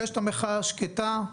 יש את המחאה השקטה,